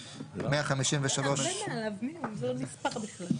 הסתייגות 141 זהה להסתייגות --- לכן היא נמחקת.